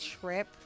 trip